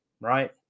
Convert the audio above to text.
right